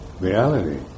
Reality